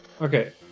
Okay